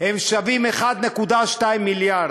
הם שווים 1.2 מיליארד,